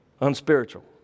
unspiritual